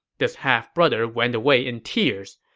this half brother went away in tears,